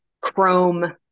chrome